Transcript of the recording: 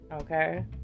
Okay